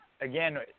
again